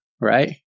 right